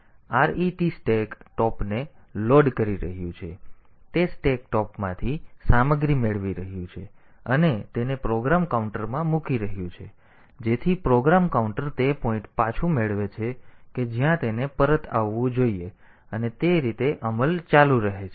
તેથી RET stack ટોપને load કરી રહ્યું છે તે સ્ટેક ટોપમાંથી સામગ્રી મેળવી રહ્યું છે અને તેને પ્રોગ્રામ કાઉન્ટરમાં મૂકી રહ્યું છે જેથી પ્રોગ્રામ કાઉન્ટર તે પોઈન્ટ પાછું મેળવે છે કે જ્યાં તેને પરત આવવું જોઈએ અને તે રીતે અમલ ચાલુ રહે છે